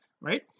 right